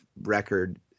record